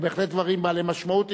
הם בהחלט דברים בעלי משמעות,